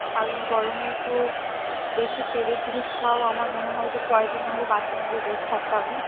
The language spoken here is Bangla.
আর গরমে একটু বেশি তেলের জিনিস খাওয়াও আমার মনে হয় যে পরের দিন নাহলে বাথরুমে গিয়ে বসে থাকতে হবে